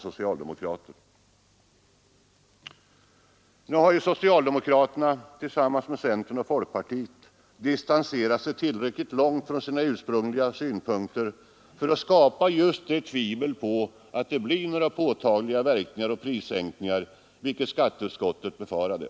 Socialdemokraterna har — tillsammans med centern och folkpartiet — distanserat sig tillräckligt långt från sina ursprungliga synpunkter för att skapa just det tvivel på att det blir några påtagliga prissänkningar som skatteutskottet befarade.